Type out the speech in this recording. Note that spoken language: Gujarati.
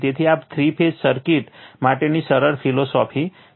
તેથી આ થ્રી ફેઝ સર્કિટ માટેની સરળ ફિલોસોફી છે